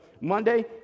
Monday